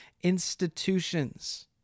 institutions